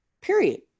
period